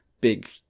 big